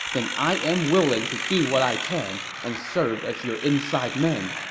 then i am willing to do what i can and serve as your inside man.